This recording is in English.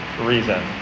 reason